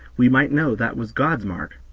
we might know that was god's mark.